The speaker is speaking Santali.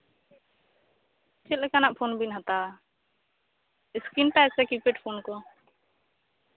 ᱪᱮᱫ ᱞᱮᱠᱟᱱᱟᱜ ᱯᱷᱳᱱ ᱵᱤᱱ ᱦᱟᱛᱟᱣᱟ ᱤᱥᱠᱤᱱᱴᱟᱪ ᱥᱮ ᱠᱤᱯᱮᱰ ᱯᱷᱳᱱ ᱠᱚ